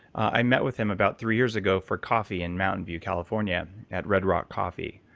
i met with him about three years ago for coffee in mountain view, california, at red rock coffee.